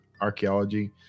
archaeology